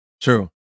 true